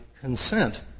consent